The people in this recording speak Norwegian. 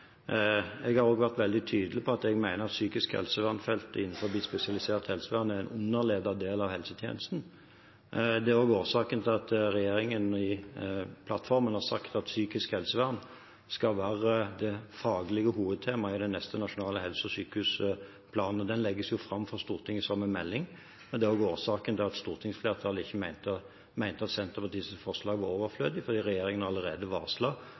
Jeg har også vært veldig tydelig på at jeg mener at psykisk helsevern-feltet innen spesialisert helsevern er en «underledet» del av helsetjenesten. Det er også årsaken til at regjeringen i plattformen har sagt at psykisk helsevern skal være det faglige hovedtemaet i den neste nasjonale helse- og sykehusplanen. Den skal legges fram for Stortinget som en melding, og det er også årsaken til at stortingsflertallet mente at Senterpartiets forslag var overflødig, for regjeringen har allerede